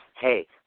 hey